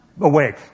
awake